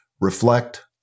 reflect